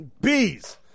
Bees